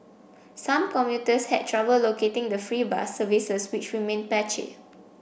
some commuters had trouble locating the free bus services which remained patchy